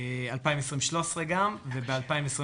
בשנת 2020 גם 13, בשנת 2021